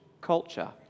culture